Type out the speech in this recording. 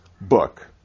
book